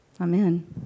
Amen